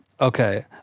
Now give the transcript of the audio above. Okay